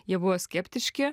jie buvo skeptiški